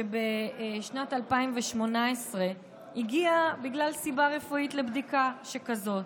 שבשנת 2018 הגיעה בגלל סיבה רפואית לבדיקה שכזאת